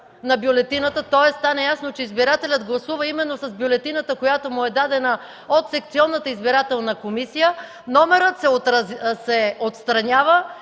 на бюлетината, тоест стане ясно, че избирателят гласува именно с бюлетината, която му е дадена от Секционната избирателна комисия, номерът се отстранява